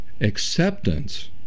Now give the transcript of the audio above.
acceptance